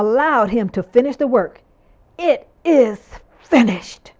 allow him to finish the work it is finished